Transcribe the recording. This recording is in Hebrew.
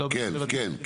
כן.